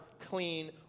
clean